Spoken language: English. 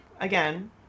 again